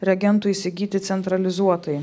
reagentų įsigyti centralizuotai